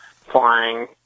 flying